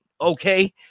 okay